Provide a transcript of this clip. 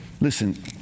Listen